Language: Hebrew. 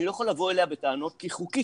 אני לא יכול לבוא אליה בטענות כי היא חוקית,